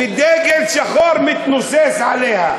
ודגל שחור מתנוסס עליה.